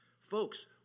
Folks